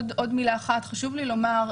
רק עוד מילה אחת חשוב לי לומר.